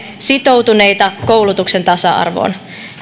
sitoutunut koulutuksen tasa arvoon